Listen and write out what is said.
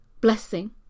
blessing